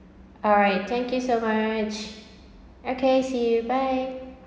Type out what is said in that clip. alright thank you so much okay see you bye